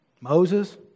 Moses